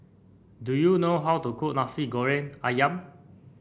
do you know how to cook Nasi Goreng ayam